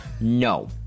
No